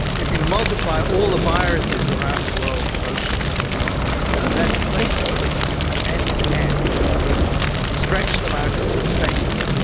if you multiply all the viruses around the world's oceans and then place them end to end and stretch them out into space,